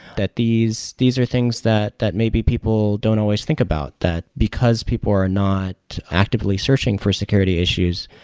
that these these are things that that maybe people don't always think about that because people are not actively searching for security issues,